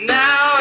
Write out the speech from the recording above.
now